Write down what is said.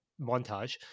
montage